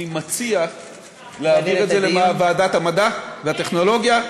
אני מציע להעביר את זה לוועדת המדע והטכנולוגיה.